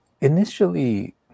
initially